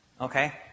okay